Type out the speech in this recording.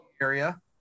area